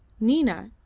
nina,